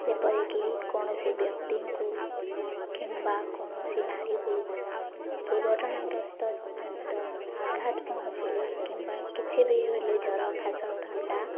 ଯେପରିକି କୌଣସି ବ୍ୟକ୍ତିଙ୍କୁ କିମ୍ବା କୌଣସି ନାରୀକୁ ଦୁର୍ଘଟଣାାଗ୍ରସ୍ତ ଜନିତ ଆଘାତ ପହଞ୍ଚିଲେ କିମ୍ବା କିଛି ବି ହେଲେ ଜ୍ୱର କାଶ ଥଣ୍ଡା